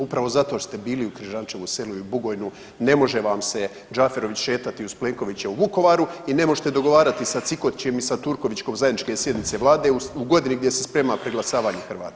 Upravo zato ste bili u Križančevu selu i Bugojnu ne može vam se Đaferović šetati uz Plenkovića u Vukovaru i ne možete dogovarati sa Cikotićem i sa Turkovićem zajedničke sjednice Vlade u godini gdje se sprema preglasavanje Hrvata.